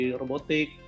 robotik